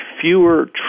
fewer